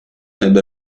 ebbe